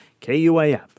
KUAF